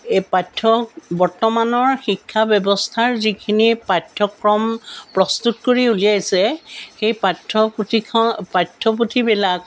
এই পাঠ্য বৰ্তমানৰ শিক্ষা ব্যৱস্থাৰ যিখিনি পাঠ্যক্ৰম প্ৰস্তুত কৰি উলিয়াইছে সেই পাঠ্যপুথিখ পাঠ্যপুথিবিলাক